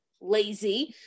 lazy